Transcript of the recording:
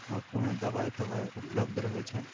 मुफ्तमे दवाइ तवाइ उपलब्ध रहै छै